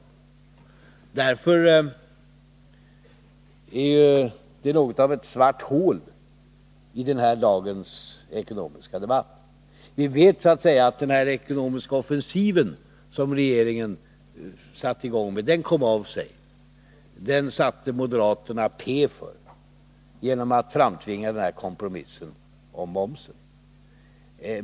Man kan mot denna bakgrund skönja något av ett svart hål i dagens ekonomiska debatt. Vi vet att den ekonomiska offensiv som regeringen satt i gång med kom av sig — den satte moderaterna P för genom att framtvinga kompromissen om momsen.